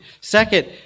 Second